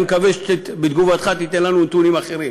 אני מקווה שבתגובתך תיתן לנו נתונים אחרים.